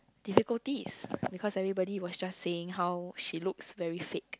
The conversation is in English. difficulties because everybody was just saying how she looks very fake